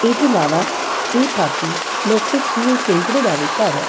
एह्दे अलावा एह् टापू लौह्के सूहे केकड़ें दा बी घर ऐ